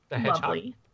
lovely